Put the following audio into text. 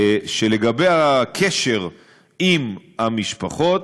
שלגבי הקשר עם המשפחות,